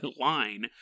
line